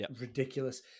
ridiculous